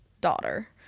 daughter